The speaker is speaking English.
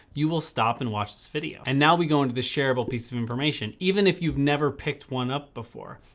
you will stop and watch this video. and now we go into the shareable piece of information. even if you've never picked one up before.